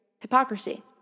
Hypocrisy